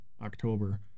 october